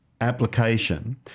application